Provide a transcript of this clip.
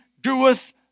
doeth